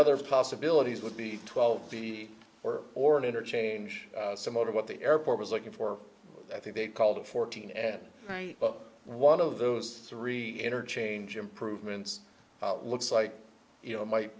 other possibilities would be twelve feet or or an interchange similar to what the airport was looking for i think they called it fourteen and right one of those three interchange improvements looks like you know might